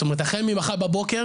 זאת אומרת החל ממחר בבוקר,